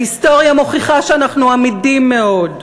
ההיסטוריה מוכיחה שאנחנו עמידים מאוד.